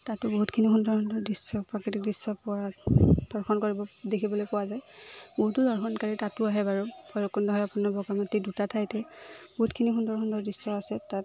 তাতো বহুতখিনি সুন্দৰ সুন্দৰ দৃশ্য প্ৰাকৃতিক দৃশ্য পোৱা দৰ্শন কৰিব দেখিবলৈ পোৱা যায় বহুতো দৰ্শনকাৰী তাতো আহে বাৰু ভৈৰৱকুণ্ড হওক বগামাটি দুটা ঠাইতে বহুতখিনি সুন্দৰ সুন্দৰ দৃশ্য আছে তাত